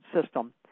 system